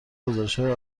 گزارشهای